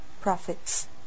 Prophets